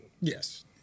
Yes